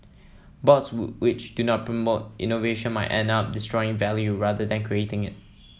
boards which do not promote innovation might end up destroying value rather than creating it